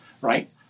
right